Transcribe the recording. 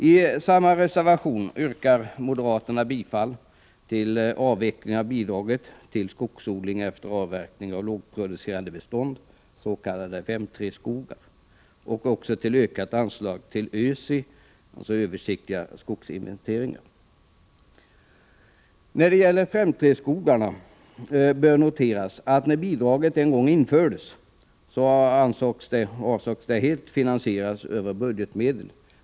I samma reservation yrkar moderaterna på avveckling av bidraget till skogsodling efter avverkning av lågproducerande bestånd, s.k. 5:3-skogar och på ökat anslag till ÖST, dvs. översiktliga skogsinventeringar. När det gäller 5:3-skogarna bör noteras att när bidraget en gång infördes avsågs det helt finansieras med budgetmedel.